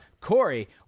Corey